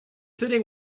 sitting